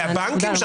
לבנקים?